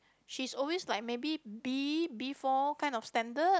she is always like maybe B B four kind of standard